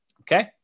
Okay